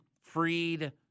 Freed